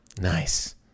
Nice